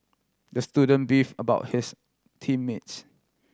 the student beefed about his team mates